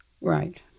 Right